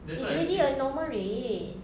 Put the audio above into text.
it's already a normal rate